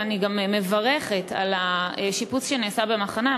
ואני גם מברכת על השיפוץ שנעשה במחניים.